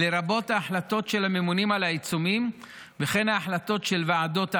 לרבות ההחלטות של הממונים על העיצומים וכן ההחלטות של ועדות הערר.